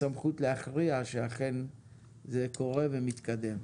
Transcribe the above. הסמכות להכריע שאכן זה קורה ומתקדם.